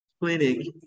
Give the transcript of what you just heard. clinic